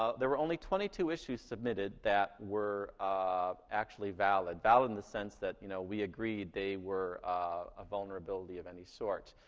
ah there were only twenty two issues submitted that were actually valid. valid in the sense that, you know, we agreed they were a vulnerability of any sort.